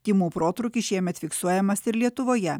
tymų protrūkis šiemet fiksuojamas ir lietuvoje